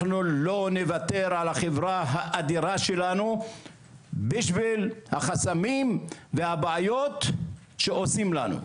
אנחנו לא נוותר על החברה האדירה שלנו בשביל החסמים והבעיות שעושים לנו.